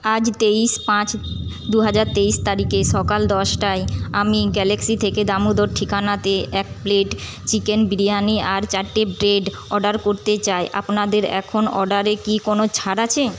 আজ তেইশ পাঁচ দু হাজার তেইশ তারিখে সকাল দশটায় আমি গ্যালাক্সি থেকে দামোদর ঠিকানাতে এক প্লেট চিকেন বিরিয়ানি আর চারটে ব্রেড অর্ডার করতে চাই আপনাদের এখন অর্ডারে কী কোনো ছাড় আছে